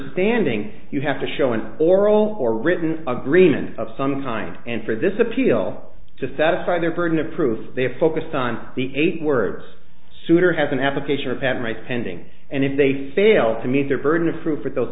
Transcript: standing you have to show an oral or written agreement of some kind and for this appeal to satisfy their burden of proof they have focused on the eight words souter has an application or pat right pending and if they fail to meet their burden of proof for those